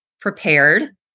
prepared